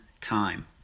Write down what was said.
time